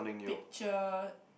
picture